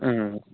ٲں